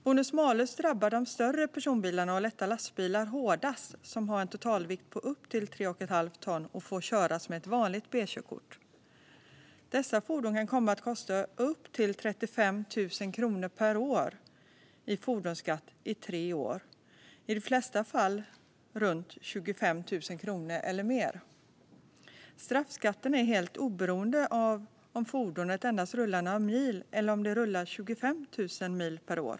Bonus-malus drabbar de större personbilarna och de lätta lastbilarna hårdast. Det är de som har en totalvikt på upp till 3,5 ton och får köras med ett vanligt B-körkort. Dessa fordon kan komma att kosta upp till 35 000 kronor per år i fordonsskatt i tre år. I de flesta fall kostar det runt 25 000 kronor eller mer. Straffskatten är helt oberoende av om fordonet endast rullar några mil eller om det rullar 25 000 mil per år.